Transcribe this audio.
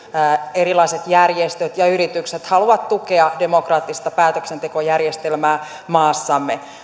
erilaiset järjestöt ja yritykset haluavat tukea demokraattista päätöksentekojärjestelmää maassamme